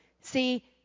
See